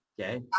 Okay